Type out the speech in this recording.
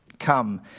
Come